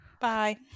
Bye